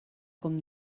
com